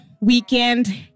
Weekend